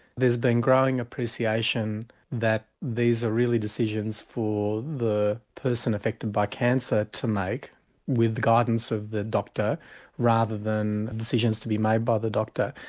there's been growing appreciation that these are really decisions for the person affected by cancer to make with the guidance of the doctor rather than decisions to be made by the doctor.